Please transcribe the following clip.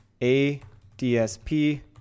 ADSP